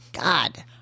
God